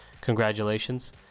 congratulations